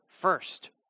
first